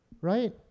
right